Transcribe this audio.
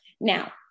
now